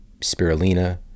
spirulina